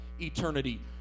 eternity